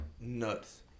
nuts